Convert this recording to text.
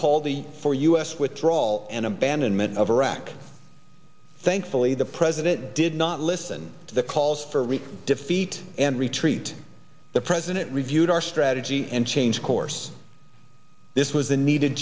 called the for u s withdrawal an abandonment of iraq thankfully the president did not listen to the calls for a defeat and retreat the president reviewed our strategy and changed course this was the needed